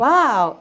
Wow